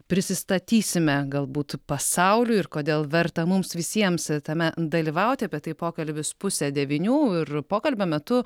prisistatysime galbūt pasauliui ir kodėl verta mums visiems tame dalyvauti apie tai pokalbis pusę devynių ir pokalbio metu